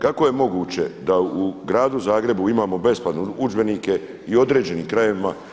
Kako je moguće da u Gradu Zagrebu imamo besplatne udžbenike i u određenim krajevima?